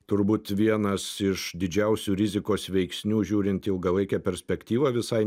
turbūt vienas iš didžiausių rizikos veiksnių žiūrint į ilgalaikę perspektyvą visai